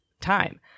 time